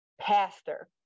pastor